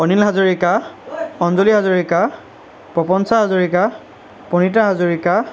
Anil Hazarika Anjali Hazarika Prapancha Hazarika Pranita Hazarika